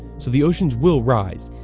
so the oceans will rise,